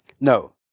No